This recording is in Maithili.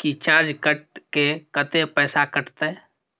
की चार्ज कैट के, कत्ते पैसा कटते?